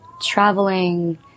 traveling